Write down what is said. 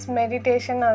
meditation